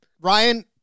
Ryan